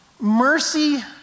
Mercy